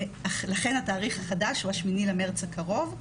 לכן התאריך החדש הוא ה-8 במרץ הקרוב,